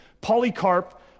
Polycarp